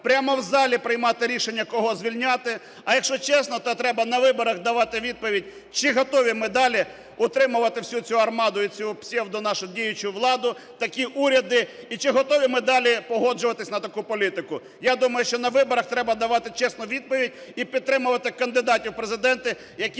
прямо в залі приймати рішення, кого звільняти. А якщо чесно, то треба на виборах давати відповідь, чи готові ми далі утримувати всю цю армаду і цю псевдо нашу діючу владу, такі уряди, і чи готові ми далі погоджуватись на таку політику. Я думаю, що на виборах треба давати чесну відповідь і підтримувати кандидатів в Президенти, які